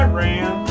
Iran